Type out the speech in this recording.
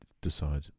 decide